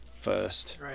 first